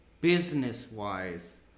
business-wise